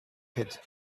pit